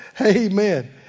Amen